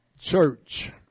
church